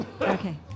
Okay